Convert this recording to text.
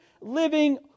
living